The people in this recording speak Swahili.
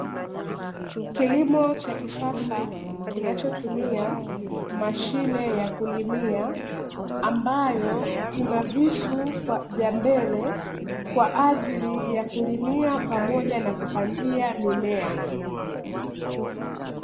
Kilimo cha kisasa kinachotumia mashine ya kulimia ambayo ina visu vya mbele kwa ajili ya kulimia pamoja na kupandia mimea.